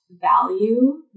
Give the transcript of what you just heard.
value